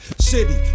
City